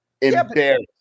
Embarrassed